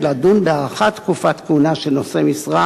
מוסמכת לדון בהארכת תקופת כהונה של נושאי משרה,